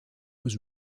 was